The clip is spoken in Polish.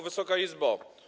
Wysoka Izbo!